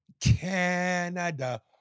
Canada